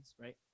right